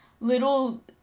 Little